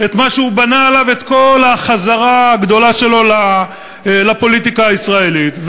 את מה שהוא בנה עליו את כל החזרה הגדולה שלו לפוליטיקה הישראלית.